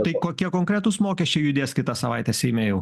tai kokie konkretūs mokesčiai judės kitą savaitę seime jau